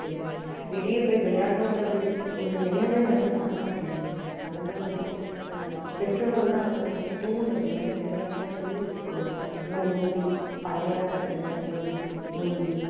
இருக்குதுங்க வெளியே போய் விளையாடணுங்கிற அப்படி ஒரு எண்ணமே வந்து வரமாட்டிங்கிது அதனால வந்து பெற்றோர்களெல்லாம் வந்து அவங்கள வந்து தூண்டணும் இந்தமாதிரி விளையாட்டுலாம் சொல்லி கொடுக்கணும் இந்தமாதிரி நொண்டி பழைய காலத்து விளையாட்டுலாம் வந்து நொண்டி